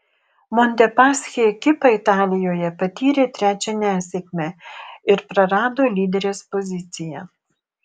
montepaschi ekipa italijoje patyrė trečią nesėkmę ir prarado lyderės poziciją